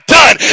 done